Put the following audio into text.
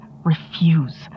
Refuse